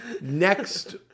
Next